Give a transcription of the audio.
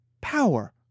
power